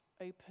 open